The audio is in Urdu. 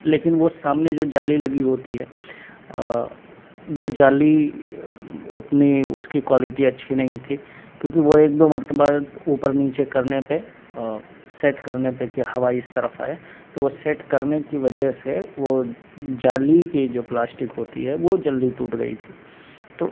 لیکن وہ سامنے جو جالی لگی ہوتی ہے وہ جالی اتنی اس کی کوالیٹی اچھی نہیں تھی کیونکہ وہ ایک دو مرتبہ اوپر نیچے کرنے پہ سیٹ کرنے پہ کہ ہوا اس طرف آئے تو وہ سیٹ کرنے کی وجہ سے وہ جالی کی جو پلاسٹک ہوتی ہے وہ جلدی ٹوٹ گئی تھی تو